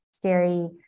scary